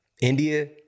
India